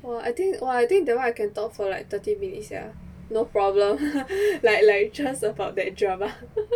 !wah! I think !wah! I think that one I can talk for like thirty minutes sia no problem like like just about the drama